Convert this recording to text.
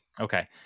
Okay